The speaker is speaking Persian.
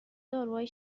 داروهای